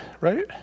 right